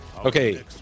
okay